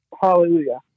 Hallelujah